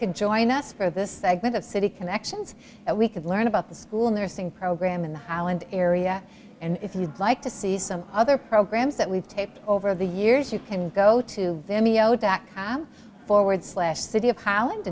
can join us for this segment of city connections that we could learn about the school nursing program in the highland area and if you'd like to see some other programs that we've taped over the years you can go to them i'm forward slash city of highland